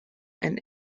and